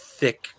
thick